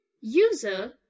User